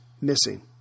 missing